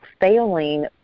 failing